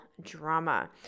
drama